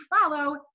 follow